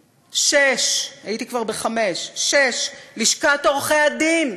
6. הייתי כבר ב-5 6. לשכת עורכי-הדין,